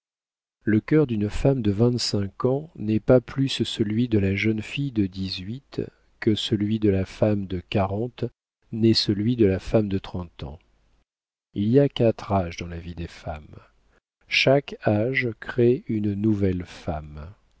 le cœur d'une femme de vingt-cinq ans n'est pas plus celui de la jeune fille de dix-huit que celui de la femme de quarante n'est celui de la femme de trente ans il y a quatre âges dans la vie des femmes chaque âge crée une nouvelle femme